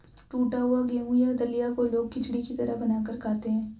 टुटा हुआ गेहूं या दलिया को लोग खिचड़ी की तरह बनाकर खाते है